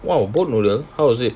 !wow! boat noodle how was it